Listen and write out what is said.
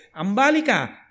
Ambalika